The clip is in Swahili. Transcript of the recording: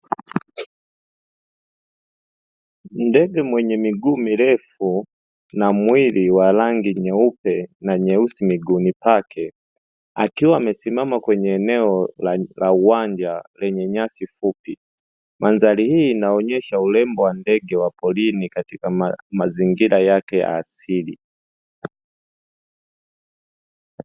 Ndege mwenye miguu mirefu na mwili wa rangi nyeupe na nyeusi miguuni pake akiwa amesimama kwenye eneo la uwanja lenye nyasi fupi, mandhari hii inaonyesha urembo wa ndege wa porini katika mazingira yake ya asili.